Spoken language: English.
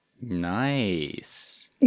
Nice